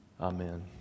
Amen